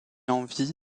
envie